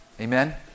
Amen